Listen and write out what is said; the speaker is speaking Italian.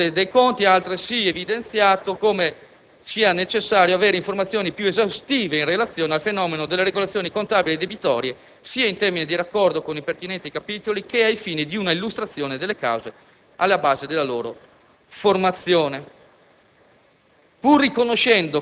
2003. La Corte dei conti ha altresì evidenziato come sia necessario avere informazioni più esaustive in relazione al fenomeno delle regolazioni contabili e debitore, sia in termini di raccordo con i pertinenti capitoli che ai fini di un'illustrazione delle cause alla base della loro formazione.